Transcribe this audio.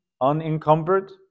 unencumbered